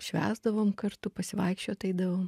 švęsdavom kartu pasivaikščiot eidavom